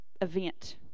event